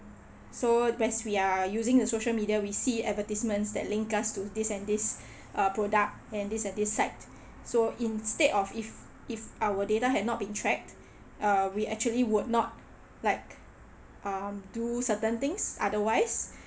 so where as we are using the social media we see advertisements that link us to this and this uh product and this and this site so instead of if if our data have not been tracked uh we actually would not like um do certain things otherwise